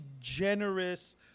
generous